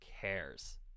cares